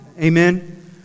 Amen